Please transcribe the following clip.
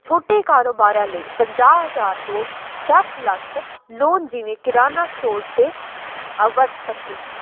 ਛੋਟੇ ਕਾਰੋਬਾਰਾਂ ਲਈ ਪੰਜਾਹ ਹਜ਼ਾਰ ਤੋਂ ਦਸ ਲੱਖ ਤੱਕ ਲੋਨ ਜਿਵੇਂ ਕਰਿਆਨਾ ਸਟੋਰਸ 'ਤੇ ਵਰਤ ਸਕਦੇ ਹਨ